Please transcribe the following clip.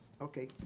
Okay